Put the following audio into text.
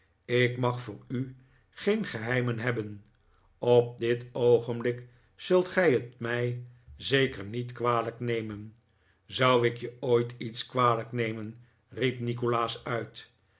ik mag voor u geen geheimen hebben op dit oogenblik zult gij het mij zeker niet kwalijk nemen zou ik je ooit iets kwalijk nemen riep nikolaas uit